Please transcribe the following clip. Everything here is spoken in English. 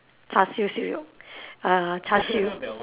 char-siew siew yoke uh char-siew